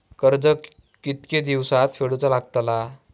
कर्ज कितके दिवसात फेडूचा लागता?